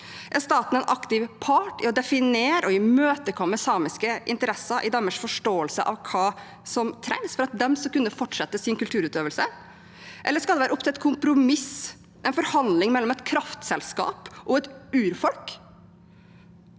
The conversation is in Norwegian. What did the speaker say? Er staten en aktiv part i å definere og imøtekomme samiske interesser i deres forståelse av hva som trengs for at de skal kunne fortsette sin kulturutøvelse? Eller skal det være opp til et kompromiss, en forhandling mellom et kraftselskap og et urfolk